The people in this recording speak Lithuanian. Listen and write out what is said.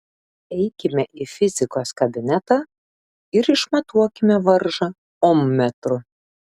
eikime į fizikos kabinetą ir išmatuokime varžą ommetru